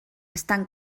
estan